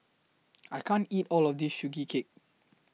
I can't eat All of This Sugee Cake